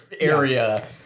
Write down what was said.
area